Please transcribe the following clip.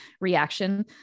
reaction